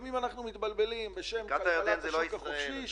לפעמים אנחנו מתבלבלים בשם כלכלת השוק החופשי.